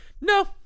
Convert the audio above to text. No